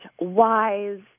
wise